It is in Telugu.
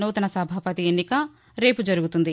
నూతన సభాపతి ఎన్నిక రేపు జరుగుతుంది